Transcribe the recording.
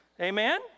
amen